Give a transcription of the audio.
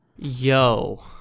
Yo